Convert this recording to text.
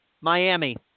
Miami